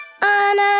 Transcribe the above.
Anna